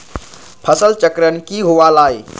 फसल चक्रण की हुआ लाई?